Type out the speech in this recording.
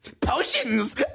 Potions